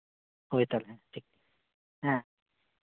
ᱦᱳᱭ ᱛᱟᱞᱦᱮ ᱴᱷᱤᱠ ᱦᱮᱸ